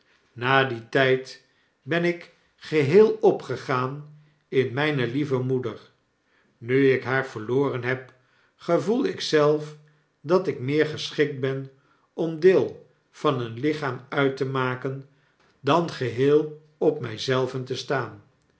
na dien tyd ben ik geheel opgegaan in myne lieve moeder nu ik haar verloren heb gevoel ik zelf dat ik meer geschikt ben om deel van een lichaamuittemakendan geheel op my zelven te staan